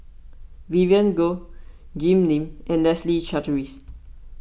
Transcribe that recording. Vivien Goh Jim Lim and Leslie Charteris